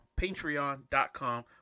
patreon.com